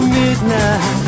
midnight